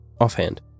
offhand